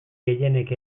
gehienek